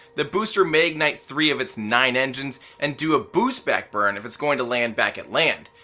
the booster may ignite three of its nine engines and do a boost back burn if it's going to land back at land.